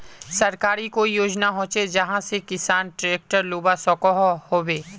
सरकारी कोई योजना होचे जहा से किसान ट्रैक्टर लुबा सकोहो होबे?